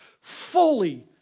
fully